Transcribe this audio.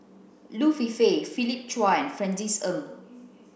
Liu Philip Chia and Francis Ng